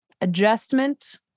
adjustment